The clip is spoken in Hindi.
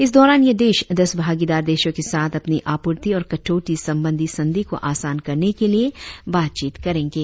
इस दौरान ये देश दस भागीदार देशों के साथ अपनी आपूर्ति और कटौती संबंधी संधि को आसान करने के लिए बातचीत करेंगे